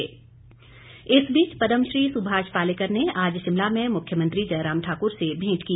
मुख्यमंत्री इस बीच पदमश्री सुभाष पालेकर ने आज शिमला में मुख्यमंत्री जयराम ठाक्र से भेंट की